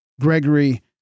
Gregory